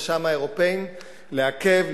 בקשה מהאירופים לעכב,